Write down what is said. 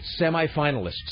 semifinalists